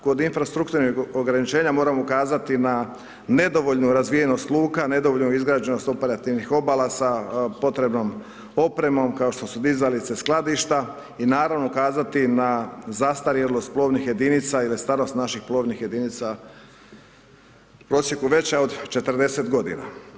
Kod infrastrukturnih ograničenja moram ukazati na nedovoljnu razvijenost luka, nedovoljnu izgrađenost operativnih obala sa potrebnom opremom kako što su dizalice, skladišta i naravno ukazati na zastarjelost plovnih jedinica i da je starost naših plovnih jedinica u prosjeku veća od 40 godina.